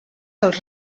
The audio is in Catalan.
dels